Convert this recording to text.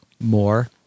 More